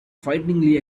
frighteningly